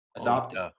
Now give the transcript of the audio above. adopted